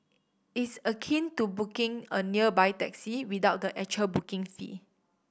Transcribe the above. it's akin to 'booking' a nearby taxi without the actual booking fee